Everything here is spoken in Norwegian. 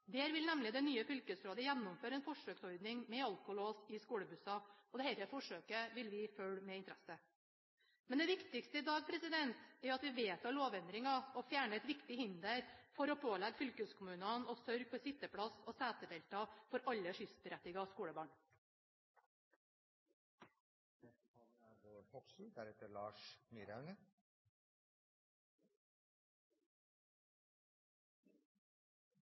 Der vil nemlig det nye fylkesrådet gjennomføre en forsøksordning med alkolås i skolebusser. Dette forsøket vil vi følge med interesse. Men det viktigste i dag er at vi vedtar lovendringen og fjerner et viktig hinder for å pålegge fylkeskommunene å sørge for sitteplass og setebelte for alle skyssberettigede skolebarn. Egentlig er